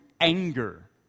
anger